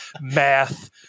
math